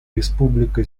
республика